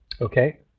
Okay